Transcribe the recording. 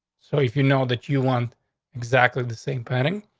so if you know that you want exactly the same planning,